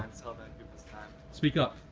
it's all about people's time. speak up.